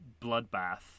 bloodbath